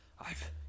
I've